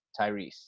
Tyrese